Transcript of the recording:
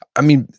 i mean,